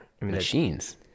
Machines